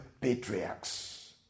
patriarchs